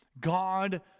God